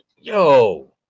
yo